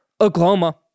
Oklahoma